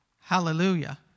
Hallelujah